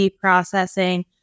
processing